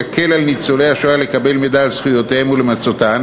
יקל על ניצולי השואה לקבל מידע על זכויותיהם ולמצותן,